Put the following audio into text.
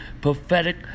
Prophetic